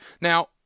now